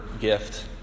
gift